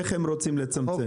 איך הם רוצים לצמצם?